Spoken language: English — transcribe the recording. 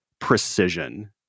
precision